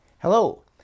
Hello